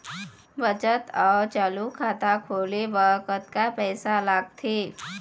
बचत अऊ चालू खाता खोले बर कतका पैसा लगथे?